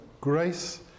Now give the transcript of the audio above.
Grace